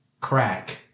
crack